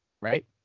Right